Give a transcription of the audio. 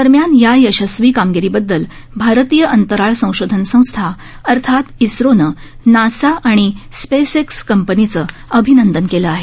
दरम्यान या यशस्वी कामगिरीबद्दल भारतीय अंतराळ संशोधन संस्था अर्थात इस्रोनं नासा आणि स्पेस एक्स कंपनीचं अभिनंदन केलं आहे